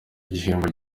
gihembo